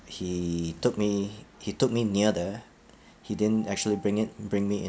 he took me he took me near there he didn't actually bring it bring me in